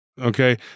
Okay